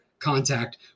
contact